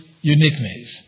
uniqueness